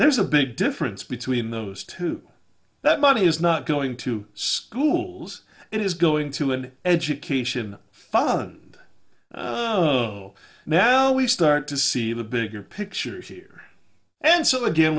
there is a big difference between those two that money is not going to schools it is going to an education fund oh now we start to see the bigger picture here and so again